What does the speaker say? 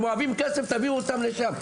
הם אוהבים כסף תביאו אותם לשם,